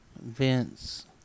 Vince